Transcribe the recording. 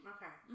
Okay